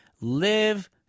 live